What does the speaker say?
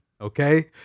okay